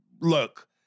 look